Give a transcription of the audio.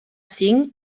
cinc